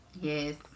Yes